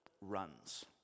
runs